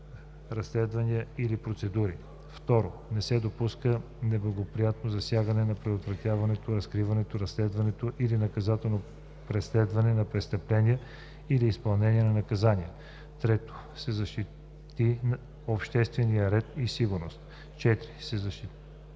разследвания или процедури; 2. не се допусне неблагоприятно засягане на предотвратяването, разкриването, разследването или наказателното преследване на престъпления или изпълнението на наказания; 3. се защити общественият ред и сигурност; 4. се защити